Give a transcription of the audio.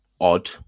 odd